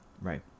Right